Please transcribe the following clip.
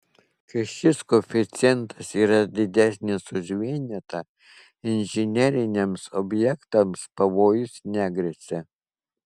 kai šis koeficientas yra didesnis už vienetą inžineriniams objektams pavojus negresia